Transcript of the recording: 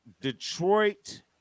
Detroit